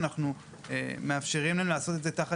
אנחנו מאפשרים להם לעשות את זה תחת